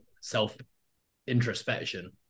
self-introspection